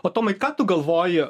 o tomai ką tu galvoji